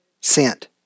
sent